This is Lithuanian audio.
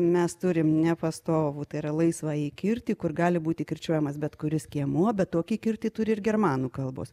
mes turim ne pastovų tai yra laisvąjį kirtį kur gali būti kirčiuojamas bet kuris skiemuo bet tokį kirtį turi ir germanų kalbos